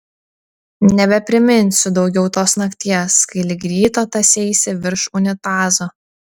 nebepriminsiu daugiau tos nakties kai lig ryto tąseisi virš unitazo